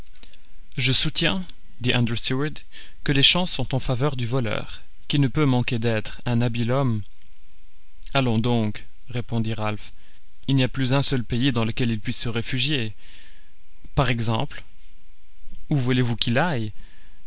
je soutiens dit andrew stuart que les chances sont en faveur du voleur qui ne peut manquer d'être un habile homme allons donc répondit ralph il n'y a plus un seul pays dans lequel il puisse se réfugier par exemple où voulez-vous qu'il aille